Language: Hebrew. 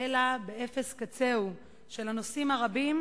כבוד היושב-ראש,